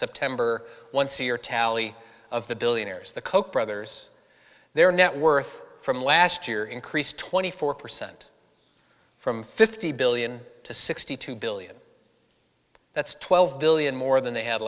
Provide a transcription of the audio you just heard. september once a year tally of the billionaires the koch brothers their net worth from last year increased twenty four percent from fifty billion to sixty two billion that's twelve billion more than they had